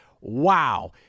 wow